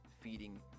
feeding